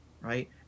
Right